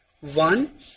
One